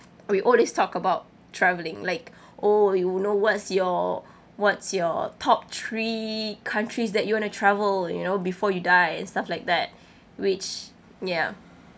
we always talk about travelling like oh you will know what's your what's your top three countries that you want to travel you know before you die and stuff like that which ya